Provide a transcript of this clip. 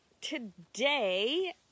today